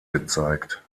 gezeigt